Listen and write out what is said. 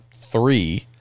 three